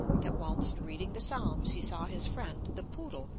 that whilst reading the psalms he saw his friend, the poodle,